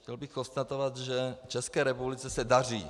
Chtěl bych konstatovat, že České republice se daří.